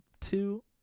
Two